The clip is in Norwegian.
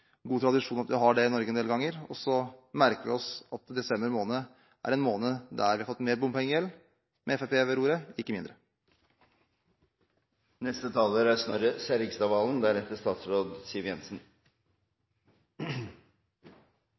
del ganger. Så merker vi oss at desember måned er en måned der vi har fått mer bompengegjeld med Fremskrittspartiet ved roret – ikke mindre.